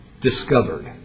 Discovered